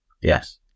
Yes